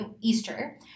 Easter